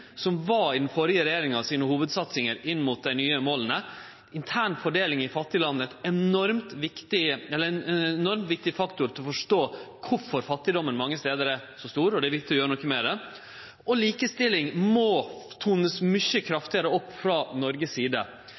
som var ei av den førre regjeringa sine hovudsatsingar inn mot dei nye måla. Intern fordeling i fattige land er ein enormt viktig faktor for å forstå kvifor fattigdomen mange stader er så stor, og det er viktig å gjere noko med han. Likestilling må tonast mykje kraftigare opp frå Noreg si side.